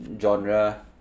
genre